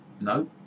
No